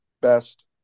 best